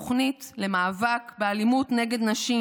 לתוכנית למאבק באלימות נגד נשים.